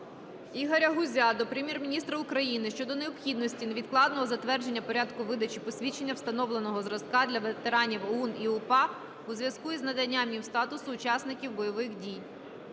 Ігоря Гузя до Прем'єр-міністра України щодо необхідності невідкладного затвердження Порядку видачі посвідчення встановленого зразка для ветеранів ОУН і УПА у зв'язку із наданням їм статусу учасників бойових дій.